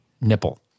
nipple